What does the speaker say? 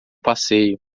passeio